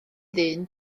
ddyn